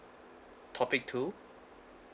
topic two